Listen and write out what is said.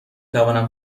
توانم